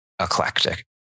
eclectic